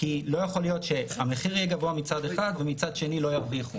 כי לא יכול להיות שהמחיר יהיה גבוה מצד אחד ומצד שני לא ירוויחו.